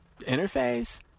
interface